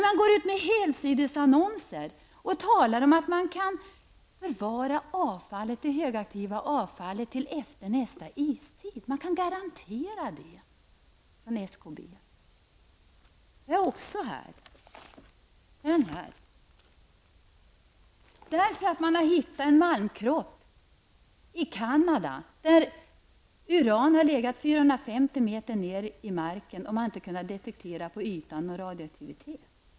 Man går ut med helsidesannonser och talar om att man kan förvara det högaktiva avfallet till efter nästa istid. Man kan garantera det. Jag har det här. Se det här uppslaget. Man har hittat en malmkropp i Canada där uran legat 450 m ned i marken, och man har inte kunnat detektera radioaktivitet på ytan.